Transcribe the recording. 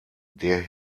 der